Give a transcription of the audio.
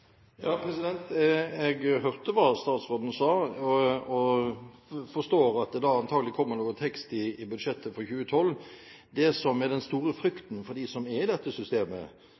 jeg forstår at det antakelig kommer noe tekst i budsjettet for 2012. Det som er den store frykten for dem som er i dette systemet,